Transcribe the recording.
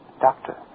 Doctor